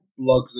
blogs